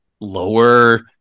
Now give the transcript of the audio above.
lower